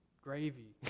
gravy